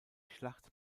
schlacht